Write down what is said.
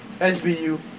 SBU